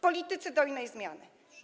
Politycy dojnej zmiany.